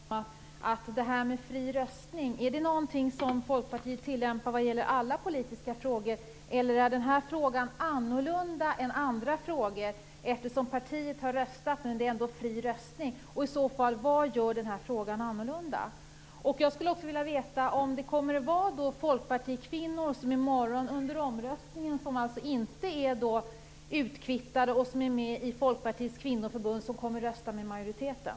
Herr talman! Jag måste fråga Barbro Westerholm om fri röstning är någonting som Folkpartiet tillämpar i alla politiska frågor, eller om den här frågan är annorlunda än andra frågor. Partiet har ju röstat, men det är ändå fri röstning. Och i så fall: Vad gör denna fråga annorlunda? Jag vill också veta om det under omröstningen i morgon kommer att finnas folkpartikvinnor som inte är utkvittade och som är med i Folkpartiets kvinnoförbund som kommer att rösta med majoriteten.